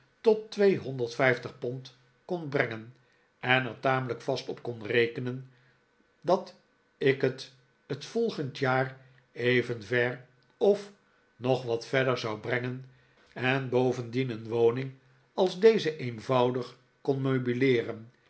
tot tweehonderd vijftig pond kon brengen en er tamelijk vast op kon rekenen dat ik het t volgende jaar even ver of nog wat verder zou brengen en bovendien een woning als deze eenvoudig kon meubileeren